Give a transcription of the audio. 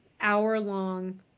hour-long